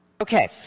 Okay